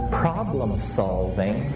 problem-solving